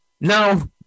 No